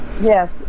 yes